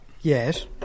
Yes